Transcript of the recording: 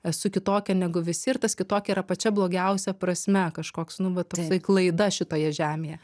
esu kitokia negu visi ir tas kitokia yra pačia blogiausia prasme kažkoks nu va toksai klaida šitoje žemėje